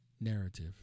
narrative